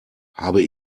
habe